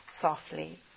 softly